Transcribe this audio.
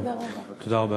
תודה רבה.